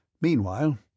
Meanwhile